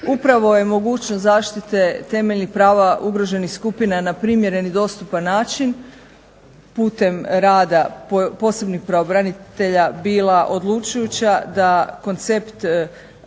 Upravo je mogućnost zaštite temeljnih prava ugroženih skupine na primjeren i dostupan način putem rada posebnih pravobranitelja bila odlučujuća da koncept ovakvog